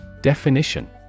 Definition